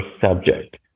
subject